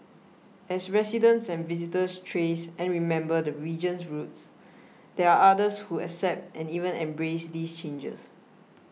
as residents and visitors trace and remember the region's roots there are others who accept and even embrace these changes